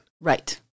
Right